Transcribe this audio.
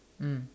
mm